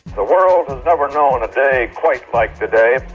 the world never known a day quite like today.